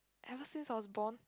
ever since I was born